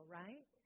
right